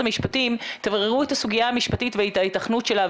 המשפטים תבררו את הסוגיה המשפטית ואת ההיתכנות שלה.